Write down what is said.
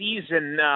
season